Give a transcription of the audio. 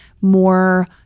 more